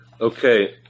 okay